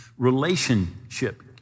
relationship